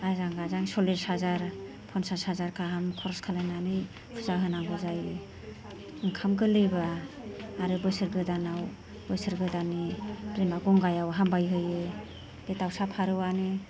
आजां गाजां सल्लिस हाजार पन्सास हाजार गाहाम खरस खालामनानै फुजा होनांगौ जायो ओंखाम गोरलैब्ला आरो बोसोर गोदानाव बोसोर गोदाननि बिमा गंगायाव हामबाय होयो बे दाउसा फारौआनो